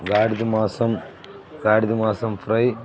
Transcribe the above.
గాడిద మాసం గాడిద మాసం ఫ్రై